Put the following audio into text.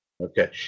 Okay